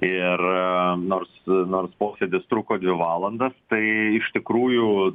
ir nors nors posėdis truko dvi valandas tai iš tikrųjų